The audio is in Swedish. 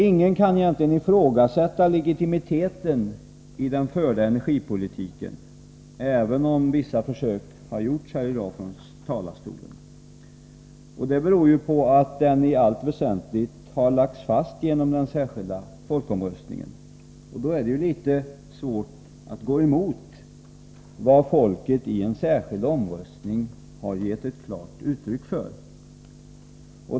Ingen kan egentligen ifrågasätta legitimiteten i den förda energipolitiken, även om vissa försök har gjorts i dag från talarstolen. Det beror på att energipolitiken i allt väsentligt har lagts fast genom den särskilda folkomröstningen. Det är litet svårt att gå emot vad folket i en särskild omröstning har gett klart uttryck för.